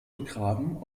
begraben